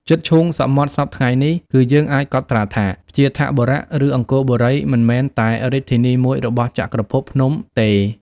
ជិតឈូងសមុទ្រសព្វថ្ងៃនេះ គឺយើងអាចកត់ត្រាថា វ្យាធបុរៈ ឬ អង្គរបូរីមិនមែនតែ រាជធានីមួយរបស់ចក្រភពភ្នំទេ ។